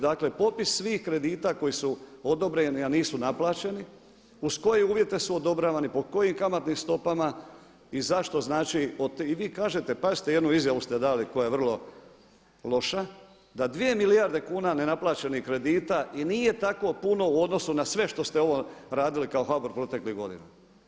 Dakle popis svih kredita koji su odobreni a nisu naplaćeni, uz koje uvjete su odobravani, po kojim kamatnim stopama i zašto znači, i vi kažete pazite jednu izjavu ste dali koja je vrlo loša da dvije milijarde kuna nenaplaćenih kredita i nije tako puno u odnosu na sve što ste ovo radili kao HBOR proteklih godina.